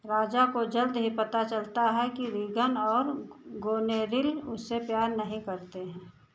राजा को जल्द ही पता चलता है कि रीगन और गोनेरिल उससे प्यार नहीं करते हैं